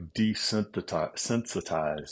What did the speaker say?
desensitized